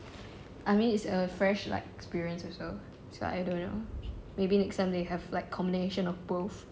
I mean it's a fresh like experience also so I don't know maybe next time they have like combination of both